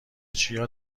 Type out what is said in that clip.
چیا